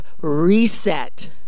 Reset